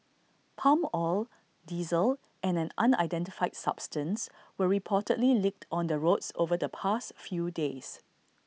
palm oil diesel and an unidentified substance were reportedly leaked on the roads over the past few days